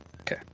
Okay